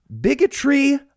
bigotry